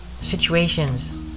situations